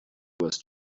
was